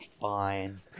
fine